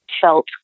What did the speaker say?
felt